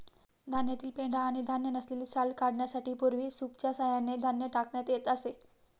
धान्यातील पेंढा आणि धान्य नसलेली साल काढण्यासाठी पूर्वी सूपच्या सहाय्याने धान्य टाकण्यात येत असे